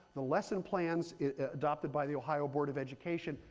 the lesson plans adopted by the ohio board of education,